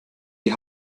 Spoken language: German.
die